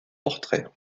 portraits